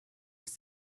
was